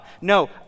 No